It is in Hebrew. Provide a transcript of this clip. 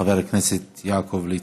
חבר הכנסת יעקב ליצמן.